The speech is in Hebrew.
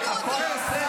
עבר הזמן.